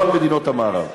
לא על מדינות המערב.